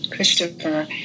Christopher